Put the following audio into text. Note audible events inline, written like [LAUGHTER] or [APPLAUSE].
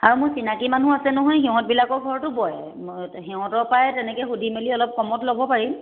আৰু মোৰ চিনাকী মানুহ আছে নহয় সিহঁতবিলাকৰ ঘৰতো বয় [UNINTELLIGIBLE] সিহঁতৰ পায়েই তেনেকে সুধি মেলি অলপ কমত ল'ব পাৰিম